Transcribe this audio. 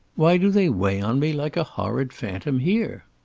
why do they weigh on me like a horrid phantom here?